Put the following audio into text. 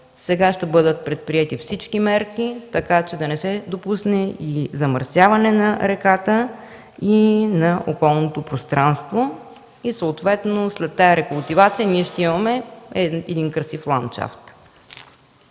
Ще бъдат предприети всички мерки, така че да не се допусне замърсяване на реката и на околното пространство. След тази рекултивация ние ще имаме един красив ландшафт.